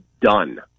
done